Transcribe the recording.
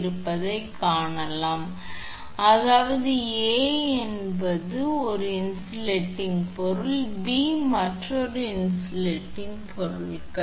இருப்பதைக் காணலாம் அதாவது A என்பது ஒரு இன்சுலேடிங் பொருள் மற்றும் B மற்றொரு இன்சுலேடிங் பொருட்கள்